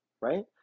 right